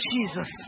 Jesus